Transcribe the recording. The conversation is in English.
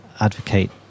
advocate